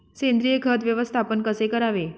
सेंद्रिय खत व्यवस्थापन कसे करावे?